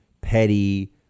petty